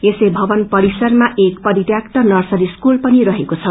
years भवनपरिसरमा एक परित्याक्त नर्सरी स्कूल पनि रहेको छ